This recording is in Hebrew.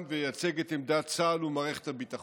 וייצג את עמדת צה"ל ומערכת הביטחון.